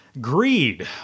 greed